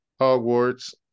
Hogwarts